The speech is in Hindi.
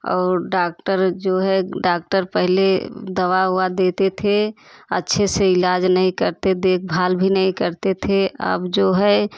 और डॉक्टर जो है डॉक्टर पहले दवा उवा देते थे अच्छे से इलाज नहीं करते देखभाल भी नहीं करते थे अब जो है